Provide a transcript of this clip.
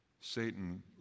Satan